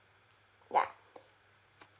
ya